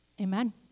amen